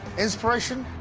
inspiration?